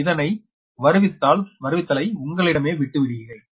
இதனை வருவித்தலாய் உங்களிடமே விட்டுவிடுகிறேன்